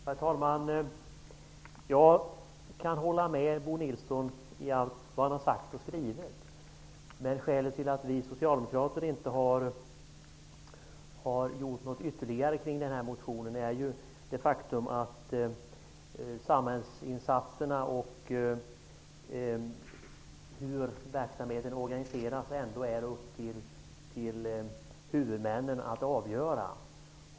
Herr talman! Jag kan hålla med Bo Nilsson i allt vad han har sagt och skrivit. Men skälet till att vi socialdemokrater i socialutskottet inte har gjort något ytterligare kring den här motionen är ju det faktum att samhällsinsatserna och hur verksamheten organiseras ändå är upp till huvudmännen att avgöra.